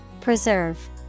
Preserve